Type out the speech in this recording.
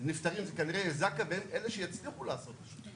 נפטרים זה כנראה זק"א והם אלה שיצליחו לעשות את זה.